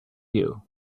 you